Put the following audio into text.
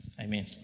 amen